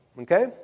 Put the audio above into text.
Okay